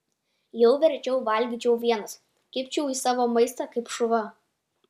jau verčiau valgyčiau vienas kibčiau į savo maistą kaip šuva